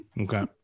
okay